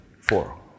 four